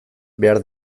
behar